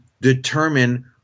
determine